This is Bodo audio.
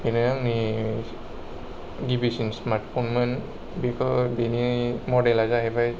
बेनो आंनि गिबिसिन स्मार्टफनमोन बेनि मडेला जाहैबाय